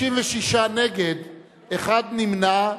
56 נגד, אחד נמנע.